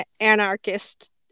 anarchist